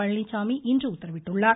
பழனிச்சாமி இன்று உத்தரவிட்டுள்ளார்